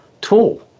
tool